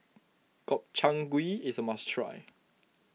Gobchang Gui is a must try